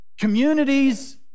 communities